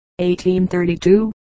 1832